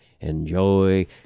enjoy